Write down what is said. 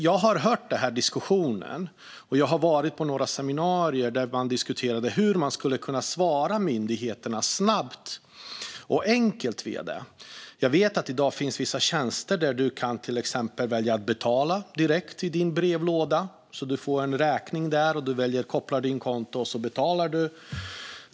Jag har hört denna diskussion, och jag har varit på några seminarier där det diskuterades hur man snabbt och enkelt ska kunna svara myndigheterna i digitala brevlådor. I dag finns vissa tjänster där man kan betala direkt i sin brevlåda. Man betalar sin räkning där genom att koppla sitt konto dit.